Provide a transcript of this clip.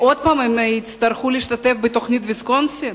הם יצטרכו להשתתף עוד פעם בתוכנית ויסקונסין?